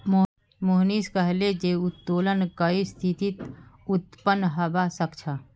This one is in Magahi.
मोहनीश कहले जे उत्तोलन कई स्थितित उत्पन्न हबा सख छ